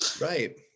Right